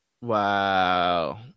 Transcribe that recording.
Wow